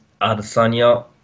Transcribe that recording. Adesanya